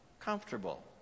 comfortable